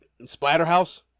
Splatterhouse